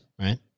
Right